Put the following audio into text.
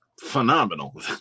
phenomenal